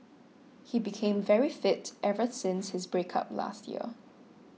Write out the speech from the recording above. he became very fit ever since his breakup last year